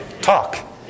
talk